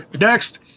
next